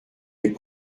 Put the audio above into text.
est